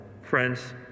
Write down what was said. friends